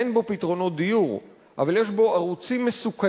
אין בו פתרונות דיור אבל יש בו ערוצים מסוכנים